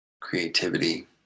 creativity